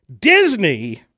Disney